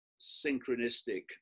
synchronistic